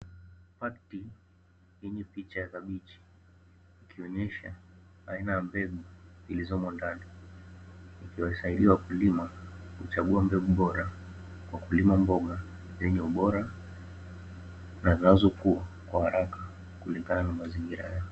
Pakiti yenye picha ya kabichi ikionyesha aina ya mbegu zilizomo ndani ikiwasaidia wakulima, kuchagua mbegu bora ya kulima mboga yenye ubora, na zinazokua kwa haraka kulinga na mazingira.